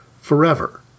forever